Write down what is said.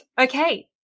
Okay